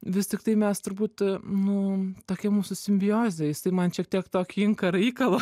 vis tiktai mes turbūt nu tokia mūsų simbiozė jisai man šiek tiek tokį inkarą įkala